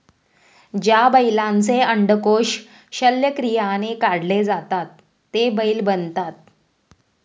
ज्या बैलांचे अंडकोष शल्यक्रियाने काढले जातात ते बैल बनतात